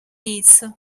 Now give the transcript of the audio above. isso